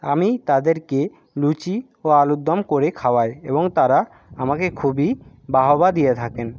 আমি তাদেরকে লুচি ও আলুর দম করে খাওয়াই এবং তারা আমাকে খুবই বাহবা দিয়ে থাকেন